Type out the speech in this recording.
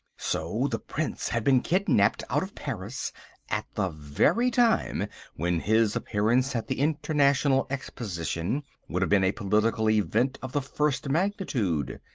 so! the prince had been kidnapped out of paris at the very time when his appearance at the international exposition would have been a political event of the first magnitude.